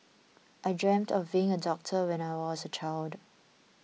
I dreamt of being a doctor when I was a child